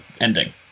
ending